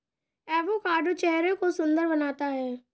avocado चेहरे को सुंदर बनाता है